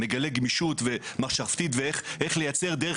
שמגלה גמישות מחשבתית לגבי איך לייצר דרך